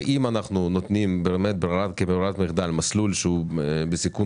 אם אנחנו נותנים כברירת מחדל מסלול שהוא בסיכון